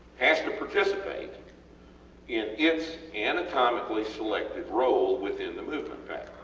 has to participate in its anatomically selected role within the movement pattern.